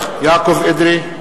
יעקב אדרי,